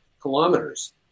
kilometers